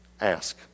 Ask